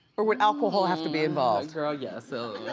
or would alcohol have to be involved? girl yeah, so.